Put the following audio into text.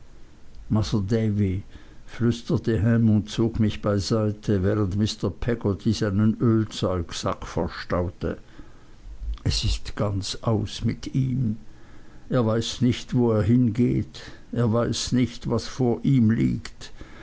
davy flüsterte ham und zog mich beiseite während mr peggotty seinen ölzeugsack verstaute es ist ganz aus mit ihm er weiß nicht wo er hingeht er weiß nicht was vor ihm liegt